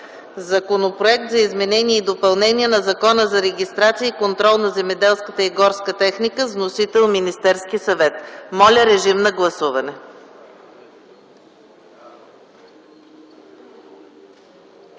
Законопроект за изменение и допълнение на Закона за регистрация и контрол на земеделската и горската техника, с вносител Министерският съвет. Гласували